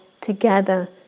together